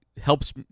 helps